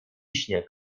śnieg